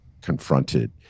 confronted